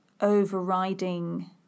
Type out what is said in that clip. overriding